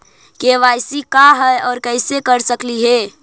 KYC का है, और कैसे कर सकली हे?